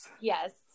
Yes